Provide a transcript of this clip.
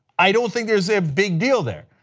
i don't think there's a big deal there?